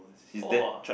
!whoa!